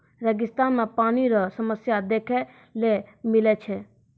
रेगिस्तान मे पानी रो समस्या देखै ले मिलै छै